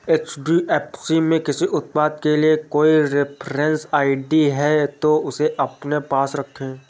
HDFC में किसी उत्पाद के लिए कोई रेफरेंस आई.डी है, तो उसे अपने पास रखें